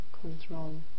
control